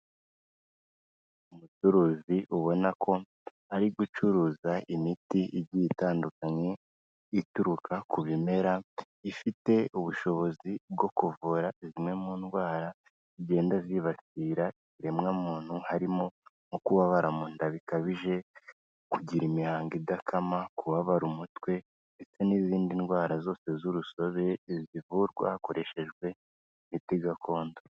Umucuruzi ubona ko ari gucuruza imiti igiye itandukanye ituruka ku bimera, ifite ubushobozi bwo kuvura zimwe mu ndwara zigenda zibasira ibiremwamuntu harimo nko kubabara mu nda bikabije, kugira imihango idakama, kubabara umutwe ndetse n'izindi ndwara zose z'urusobe zivurwa hakoreshejwe imiti gakondo.